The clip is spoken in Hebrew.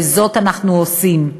וזאת אנחנו עושים.